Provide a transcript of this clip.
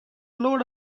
load